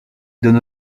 donne